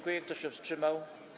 Kto się wstrzymał?